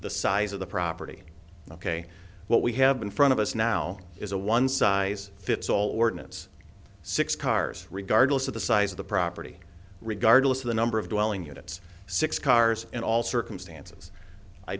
the size of the property ok what we have been front of us now is a one size fits all ordinance six cars regardless of the size of the property regardless of the number of dwelling units six cars in all circumstances i